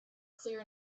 clear